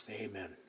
Amen